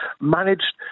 managed